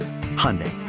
Hyundai